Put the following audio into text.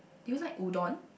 do you like udon